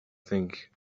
think